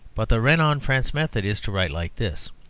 but the renan-france method is to write like this